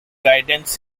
guidance